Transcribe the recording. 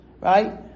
right